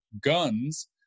guns